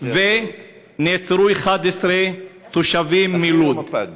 ונעצרו 11 תושבים מלוד.